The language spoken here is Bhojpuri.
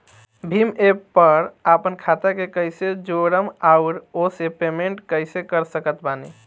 भीम एप पर आपन खाता के कईसे जोड़म आउर ओसे पेमेंट कईसे कर सकत बानी?